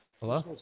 Hello